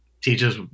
teaches